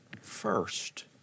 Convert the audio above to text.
first